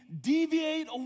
deviate